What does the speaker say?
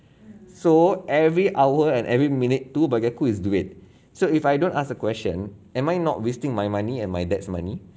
so every hour and every minute tu bagi aku is duit so if I don't ask the question am I not wasting my money and my dad's money